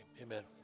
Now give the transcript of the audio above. amen